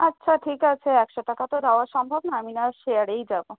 আচ্ছা ঠিক আছে একশো টাকা তো দেওয়া সম্ভব না আমি না হয় শেয়ারেই যাব